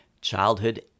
childhood